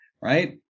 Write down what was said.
right